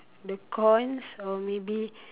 the corns or maybe